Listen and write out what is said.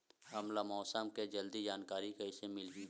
हमला मौसम के जल्दी जानकारी कइसे मिलही?